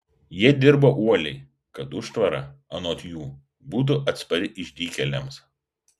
jie dirbo uoliai kad užtvara anot jų būtų atspari išdykėliams